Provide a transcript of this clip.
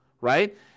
right